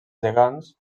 gegants